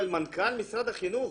אבל מנכ"ל משרד החינוך,